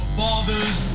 father's